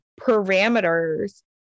parameters